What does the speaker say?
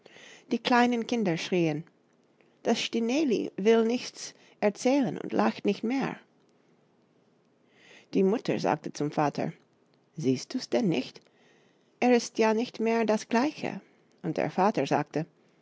die kleinen kinder schrieen das stineli will nichts erzählen und lacht nicht mehr die mutter sagte zum vater siehst du's denn nicht es ist ja nicht mehr das gleiche und der vater sagte